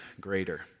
greater